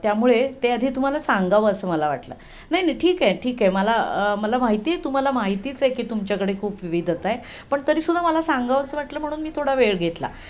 त्यामुळे ते आधी तुम्हाला सांगावं असं मला वाटलं नाही नाही ठीक आहे ठीक आहे मला मला माहिती आहे तुम्हाला माहितीच आहे की तुमच्याकडे खूप विविधता आहे पण तरीसुद्धा मला सांगावंसं वाटलं म्हणून मी थोडा वेळ घेतला